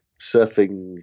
surfing